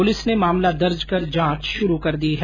police ने मामला दर्ज कर जांच शुरू कर दी है